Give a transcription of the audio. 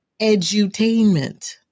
edutainment